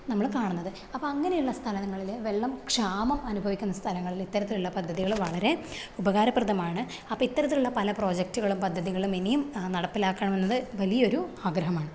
നമ്മൾ കാണുന്നത് അങ്ങനെയുള്ള സ്ഥലങ്ങളിലെ വെള്ളം ക്ഷാമം അനുഭവിക്കുന്ന സ്ഥലങ്ങളിൽ ഇത്തരത്തിലുള്ള പദ്ധതികൾ വളരെ ഉപകാരപ്രദമാണ് അപ്പോൾ ഇത്തരത്തിലുള്ള പല പ്രോജക്റ്റുകളും പദ്ധതികളും ഇനിയും നടപ്പിലാക്കാമെന്നത് വലിയൊരു ആഗ്രഹമാണ്